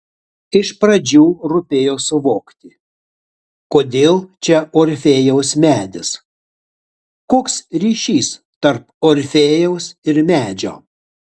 iš pradžių rūpėjo suvokti kodėl čia orfėjaus medis koks ryšys tarp orfėjaus ir medžio